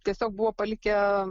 tiesiog buvo palikę